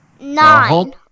Nine